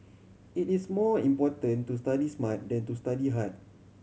it is more important to study smart than to study hard